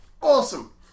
Awesome